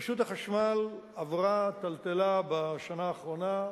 רשות החשמל עברה טלטלה בשנה האחרונה,